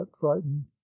frightened